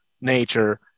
nature